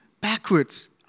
backwards